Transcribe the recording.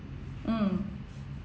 mm